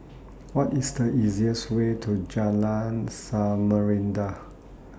What IS The easiest Way to Jalan Samarinda